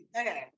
Okay